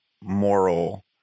moral